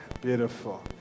Beautiful